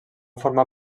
formar